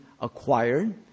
acquired